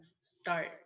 start